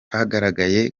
hagaragaye